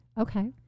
Okay